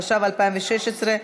התשע"ו 2016,